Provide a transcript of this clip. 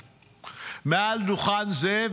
מעל דוכן זה,